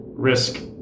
risk